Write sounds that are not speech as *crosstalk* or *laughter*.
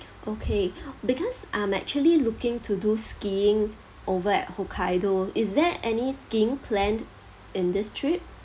okay *breath* because I'm actually looking to do skiing over at hokkaido is there any skiing planned in this trip